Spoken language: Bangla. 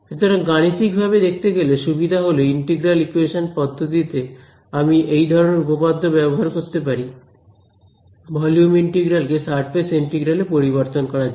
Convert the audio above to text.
সুতরাং গাণিতিক ভাবে দেখতে গেলে সুবিধা হল ইন্টিগ্রাল ইকুয়েশন পদ্ধতিতে আমি এই ধরনের উপপাদ্য ব্যবহার করতে পারি ভলিউম ইন্টিগ্রাল কে সারফেস ইন্টিগ্রাল এ পরিবর্তন করার জন্য